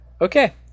okay